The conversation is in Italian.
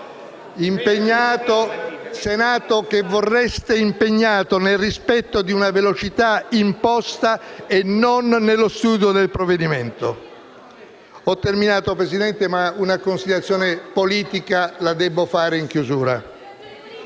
Senato che vorreste impegnato nel rispetto di una velocità imposta e non nello studio del provvedimento. Ho terminato, signor Presidente, ma una considerazione politica devo svolgere in chiusura.